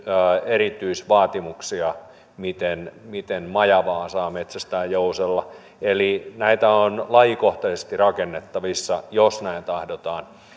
erityisvaatimuksia miten miten majavaa saa metsästää jousella eli nämä ovat lajikohtaisesti rakennettavissa jos näin tahdotaan